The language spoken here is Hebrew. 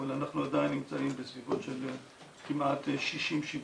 אבל אנחנו עדיין נמצאים בסביבות של כמעט 60,000